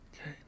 Okay